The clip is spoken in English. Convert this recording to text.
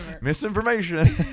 Misinformation